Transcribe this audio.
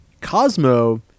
Cosmo